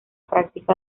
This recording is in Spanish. práctica